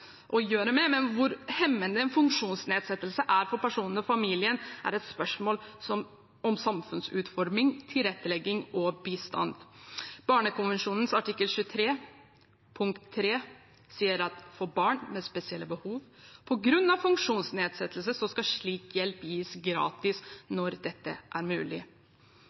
å gjøre med, men hvor hemmende en funksjonsnedsettelse er for personen og familien, er et spørsmål om samfunnsutforming, tilrettelegging og bistand. Barnekonvensjonens artikkel 23, punkt 3, sier at for barn med spesielle behov på grunn av funksjonsnedsettelse skal slik hjelp gis gratis når dette er mulig.